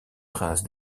prince